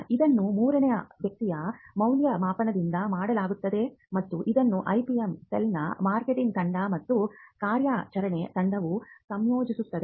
ಇದನ್ನು ಮೂರನೇ ವ್ಯಕ್ತಿಯ ಮೌಲ್ಯಮಾಪನದಿಂದ ಮಾಡಲಾಗುತ್ತದೆ ಮತ್ತು ಇದನ್ನು IPM ಸೆಲ್ನ ಮಾರ್ಕೆಟಿಂಗ್ ತಂಡ ಮತ್ತು ಕಾರ್ಯಾಚರಣೆ ತಂಡವು ಸಂಯೋಜಿಸುತ್ತದೆ